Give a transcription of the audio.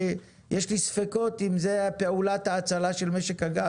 יש לי ספקות אם זו פעולת ההצלה של משק הגז.